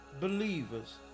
believers